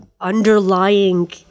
underlying